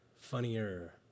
funnier